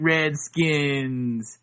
Redskins